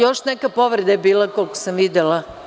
Još neka povreda je bila, koliko sam videla.